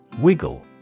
Wiggle